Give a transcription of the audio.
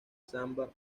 samba